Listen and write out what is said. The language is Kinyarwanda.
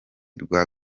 rwa